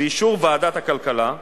באישור ועדת הכלכלה,